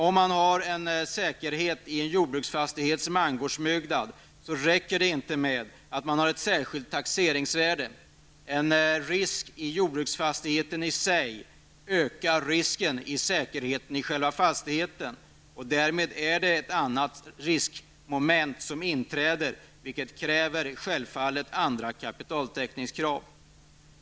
Om man har en säkerhet i en jordbruksfastighets mangårdsbyggnad räcker det inte med att man har ett särskilt taxeringsvärde. En risk i jordbruksfastigheten i sig ökar risken i säkerheten i själva fastigheten. Därmed är det ett annat riskmoment som inträder, vilket självfallet förutsätter andra kapitaltäckningskrav.